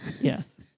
Yes